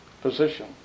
position